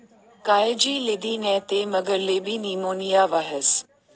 कायजी लिदी नै ते मगरलेबी नीमोनीया व्हस